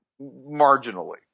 Marginally